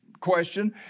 question